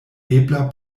ebla